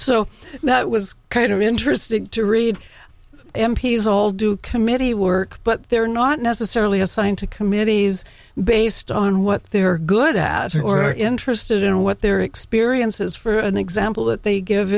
so that was kind of interesting to read m p s all do committee work but they're not necessarily assigned to commit cities based on what they are good at who are interested in what their experiences for an example that they